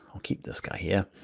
i'll keep this guy here.